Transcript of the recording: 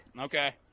Okay